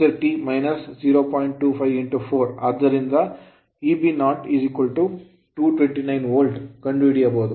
25 4 ಆದ್ದರಿಂದ Eb0 229 volt volt ಕಂಡುಹಿಡಿಯಬಹುದು